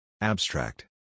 Abstract